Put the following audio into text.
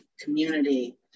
community